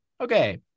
okay